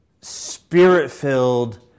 spirit-filled